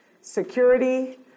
security